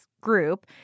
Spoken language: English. group